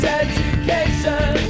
education